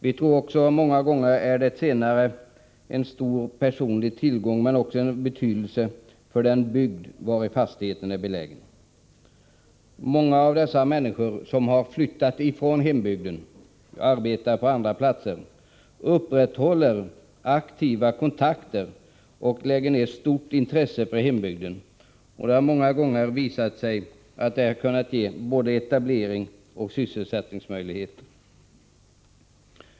Vi tror att det många gånger är en stor personlig tillgång, men det har också betydelse för den bygd vari fastigheten är belägen. Många av de människor som har flyttat från hembygden och arbetar på andra platser upprätthåller aktiva kontakter med och lägger ned stort intresse på hembygden. Det har ofta visat sig att detta kunnat ge både etablering och sysselsättningsmöjligheter.